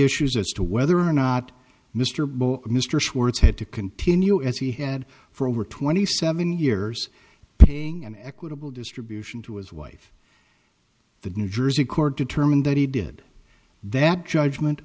issues as to whether or not mr ball mr schwartz had to continue as he had for over twenty seven years paying an equitable distribution to his wife the new jersey court determined that he did that judgment